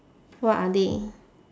what are they